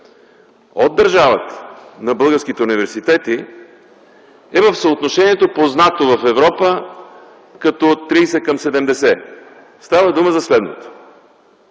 от държавата на българските университети, е в съотношението познато в Европа като 30:70. Става дума за следното: